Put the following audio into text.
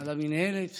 על המינהלת